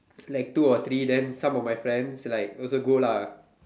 like two or three then some of my friends like also go lah